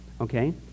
Okay